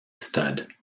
stud